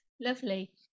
Lovely